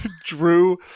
Drew